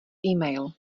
email